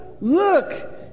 Look